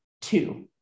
two